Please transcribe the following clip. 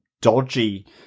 dodgy